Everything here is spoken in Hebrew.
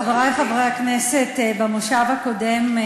חברי חברי הכנסת, במושב הקודם,